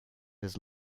his